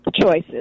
choices